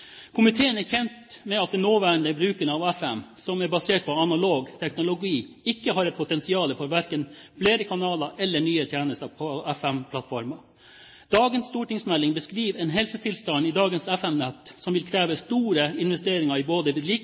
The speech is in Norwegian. Komiteen er kjent med at den nåværende bruken av FM, som er basert på en analog teknologi, ikke har et potensial for verken flere kanaler eller nye tjenester på FM-plattformen. Dagens stortingsmelding beskriver en helsetilstand i dagens FM-nett som vil kreve store investeringer i både